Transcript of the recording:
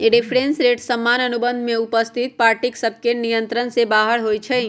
reference rate सामान्य अनुबंध में उपस्थित पार्टिय सभके नियंत्रण से बाहर होइ छइ